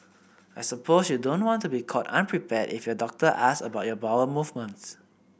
I suppose you don't want to be caught unprepared if your doctor asks about your bowel movements